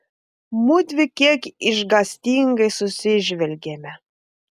mudvi kiek išgąstingai susižvelgėme